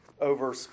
over